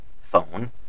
phone